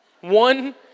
one